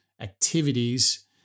activities